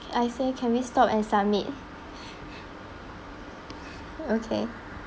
I say can we stop and submit okay